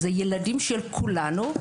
אלה הילדים של כולנו.